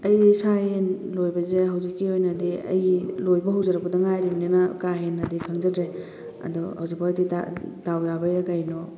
ꯑꯩ ꯁꯥ ꯌꯦꯟ ꯂꯣꯏꯕꯁꯦ ꯍꯧꯖꯤꯛꯀꯤ ꯑꯣꯏꯅꯗꯤ ꯑꯩ ꯂꯣꯏꯕ ꯍꯧꯖꯔꯛꯄꯗ ꯉꯥꯏꯔꯤꯕꯅꯤꯅ ꯀꯥ ꯍꯦꯟꯅꯗꯤ ꯈꯪꯖꯗ꯭ꯔꯦ ꯑꯗꯨ ꯍꯧꯖꯤꯛꯐꯥꯎꯁꯤꯗ ꯗꯥꯎ ꯌꯥꯕꯩꯔꯥ ꯀꯩꯅꯣ